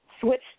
switch